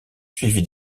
suivi